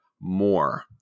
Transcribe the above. more